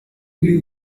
may